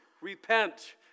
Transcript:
repent